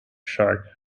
shark